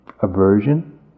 aversion